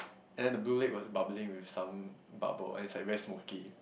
and the blue lake was bubbling with some bubble and it's like very smoky